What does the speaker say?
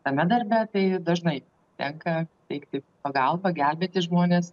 tame darbe tai dažnai tenka teikti pagalbą gelbėti žmones